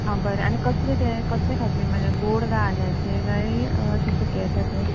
आ बरें आनी कसलें तें कसलें खाजें म्हणल्यार गोड काय आल्याचें जाय अशें सुकें येता तें